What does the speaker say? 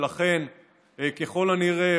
ולכן ככל הנראה,